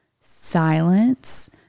silence